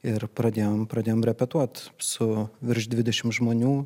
ir pradėjom pradėjom repetuot su virš dvidešimt žmonių